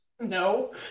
No